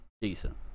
decent